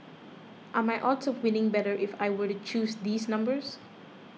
are my odds of winning better if I were to choose these numbers